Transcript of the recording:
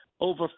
over